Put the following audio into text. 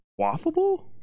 waffable